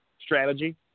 strategy